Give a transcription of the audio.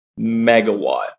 megawatt